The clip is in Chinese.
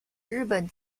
日本